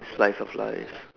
slice of life